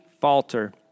falter